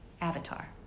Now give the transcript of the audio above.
Avatar